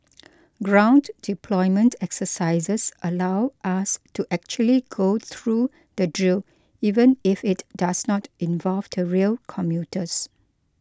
ground deployment exercises allow us to actually go through the drill even if it does not involve the rail commuters